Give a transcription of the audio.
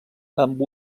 amb